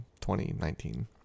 2019